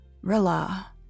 Rilla